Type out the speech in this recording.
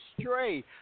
stray